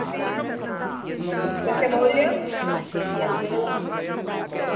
तस्य मौल्यम् कियत्